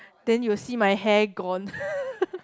then you will see my hair gone